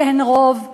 שהן רוב בהם,